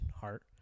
heart